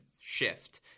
shift